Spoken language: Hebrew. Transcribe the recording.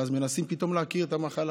ואז מנסים פתאום להכיר את המחלה.